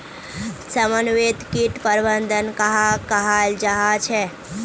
समन्वित किट प्रबंधन कहाक कहाल जाहा झे?